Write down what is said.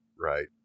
right